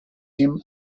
him